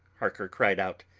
harker cried out.